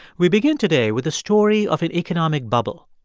we begin today with a story of an economic bubble,